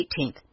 18th